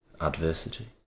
adversity